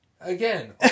Again